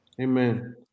Amen